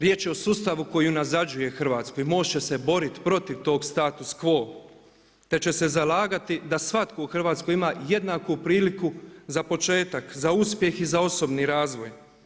Riječ je o sustavu koji unazađuje Hrvatsku i MOST će se boriti protiv toga status quo te će se zalagati da svatko u Hrvatskoj ima jednaku priliku za početak, za uspjeh i za osobni razvoj.